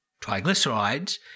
triglycerides